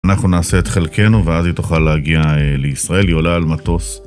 אנחנו נעשה את חלקנו ואז היא תוכל להגיע לישראל, היא עולה על מטוס